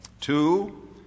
Two